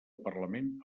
parlament